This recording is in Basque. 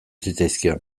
zitzaizkion